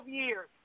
years